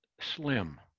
slim